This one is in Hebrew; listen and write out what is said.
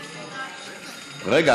רגע,